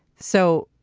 so